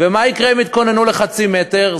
ומה יקרה אם יתכוננו לחצי מטר?